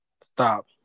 Stop